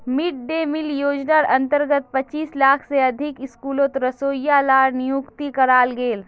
mid day meal योज्नार अंतर्गत पच्चीस लाख से अधिक स्कूलोत रोसोइया लार नियुक्ति कराल गेल